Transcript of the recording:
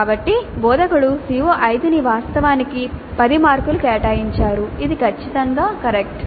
కాబట్టి బోధకుడు CO5 కి వాస్తవానికి 10 మార్కులు కేటాయించారు ఇది ఖచ్చితంగా ఒప్పు